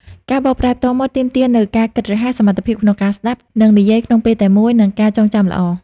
ការបកប្រែផ្ទាល់មាត់ទាមទារនូវការគិតរហ័ស សមត្ថភាពក្នុងការស្ដាប់ និងនិយាយក្នុងពេលតែមួយ និងការចងចាំល្អ។